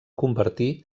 convertir